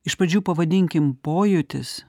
iš pradžių pavadinkime pojūtis